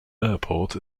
airport